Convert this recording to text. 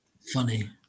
funny